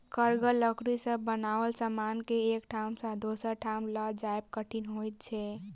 कड़गर लकड़ी सॅ बनाओल समान के एक ठाम सॅ दोसर ठाम ल जायब कठिन होइत छै